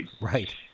Right